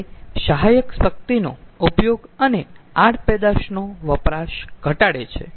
તે સહાયક શક્તિનો ઉપયોગ અને આડપેદાશનો વપરાશ ઘટાડે છે